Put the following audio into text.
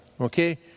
Okay